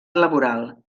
laboral